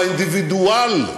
לאינדיבידואל.